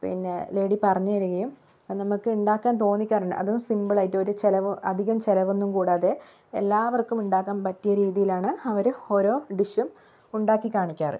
പിന്നെ ലേഡി പറഞ്ഞുതരുകയും അത് നമുക്ക് ഉണ്ടാക്കാൻ തോന്നിക്കാറുണ്ട് അതും സിമ്പിളായിട്ട് ഒരു ചിലവും അധികം ചിലവൊന്നും കൂടാതെ എല്ലാവര്ക്കും ഉണ്ടാക്കാന് പറ്റിയ രീതിയിലാണ് അവര് ഓരോ ഡിഷും ഉണ്ടാക്കി കാണിക്കാറ്